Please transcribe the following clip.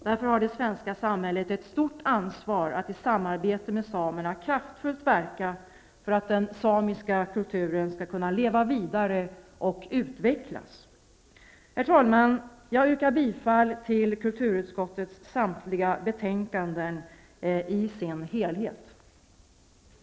Därför har det svenska samhället ett stort ansvar att i samarbete med samerna kraftfullt verka för att den samiska kulturen skall kunna leva vidare och utvecklas. Herr talman! Jag yrkar bifall till kulturutskottets hemställan i dess helhet i samtliga betänkanden.